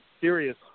serious